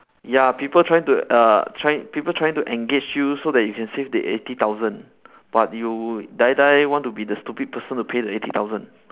ya people trying to uh trying people trying to engage you so that you can save the eighty thousand but you die die want to be the stupid person to pay the eighty thousand